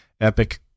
epic